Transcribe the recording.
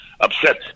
upset